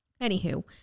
anywho